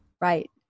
Right